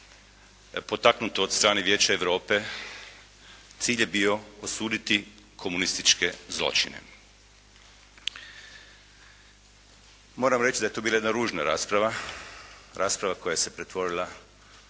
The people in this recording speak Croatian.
potaknutu od strane Vijeća Europe, cilj je bio osuditi komunističke zločine. Moram reći da je to bila jedna ružna rasprava, rasprava koja se pretvorila